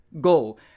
Go